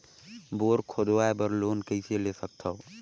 Bore खोदवाय बर loan कइसे ले सकथव?